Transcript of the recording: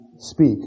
speak